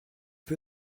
peu